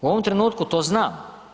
U ovom trenutku to znam.